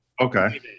Okay